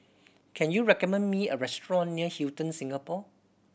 can you recommend me a restaurant near Hilton Singapore